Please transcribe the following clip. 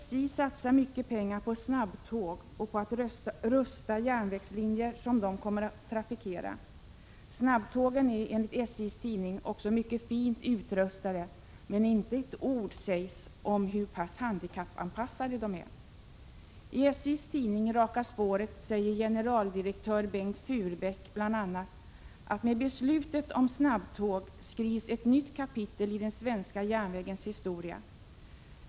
SJ satsar mycket pengar på snabbtåg och på att rusta upp de järnvägslinjer som dessa kommer att trafikera. Snabbtågen är också enligt SJ:s tidning Raka Spåret mycket fint utrustade, men inte ett ord nämns om hur handikappanpassade de är. I SJ:s tidning säger generaldirektör Bengt Furbäck bl.a. att med beslutet om snabbtåget skrivs ett nytt kapitel i den svenska järnvägens historia.